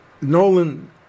Nolan